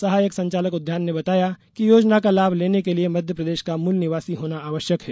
सहायक संचालक उद्यान ने बताया कि योजना का लाभ लेने के लिए मध्यप्रदेश का मूल निवासी होना आवश्यक है